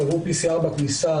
קבעו בדיקת PCR בכניסה,